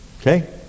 okay